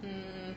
um